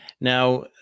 Now